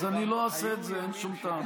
אז אני לא אעשה את זה, אין שום טעם.